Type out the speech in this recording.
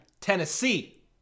Tennessee